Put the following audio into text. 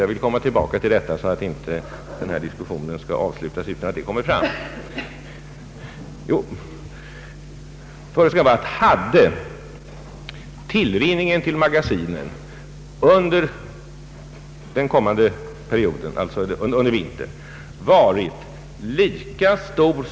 Jag vill komma tillbaka till den frågan för att inte diskussionen skall avslutas utan att detta klarläggs.